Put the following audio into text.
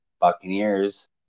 Buccaneers